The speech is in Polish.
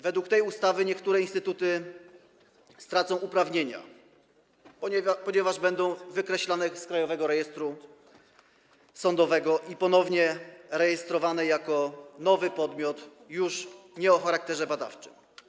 Według tej ustawy niektóre instytuty stracą uprawnienia, ponieważ będą wykreślone z Krajowego Rejestru Sądowego i ponownie rejestrowane jako nowe podmioty już nie o charakterze badawczym.